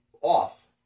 off